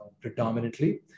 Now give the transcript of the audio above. predominantly